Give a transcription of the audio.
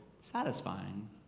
satisfying